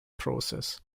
process